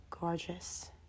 gorgeous